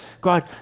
God